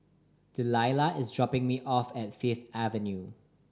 Deliah is dropping me off at Fifth Avenue